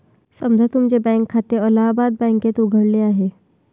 समजा तुमचे बँक खाते अलाहाबाद बँकेत उघडले आहे